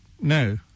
No